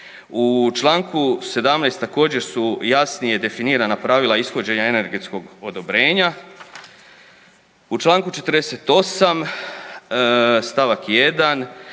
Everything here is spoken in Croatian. U čl. 17. također su jasnije definirana pravila ishođenja energetskog odobrenja. U čl. 48. st. 1.